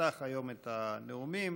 תפתח היום את הנאומים.